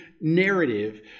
narrative